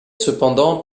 cependant